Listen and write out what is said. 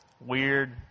Weird